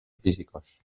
físicos